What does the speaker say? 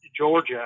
Georgia